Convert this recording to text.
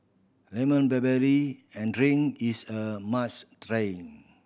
lemon barley and drink is a must try